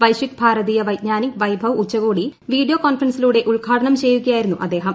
വൈശ്വിക് ഭാരതീയ വൈജ്ഞാനിക് വൈഭവ് ഉച്ചകോടി വീഡിയോ കോൺഫറൻസിലൂടെ ഉദ്ഘാടനം ചെയ്യുകയായിരുന്നു അദ്ദേഹം